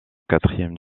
quatrième